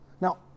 Now